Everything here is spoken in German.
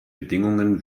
bedingungen